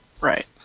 right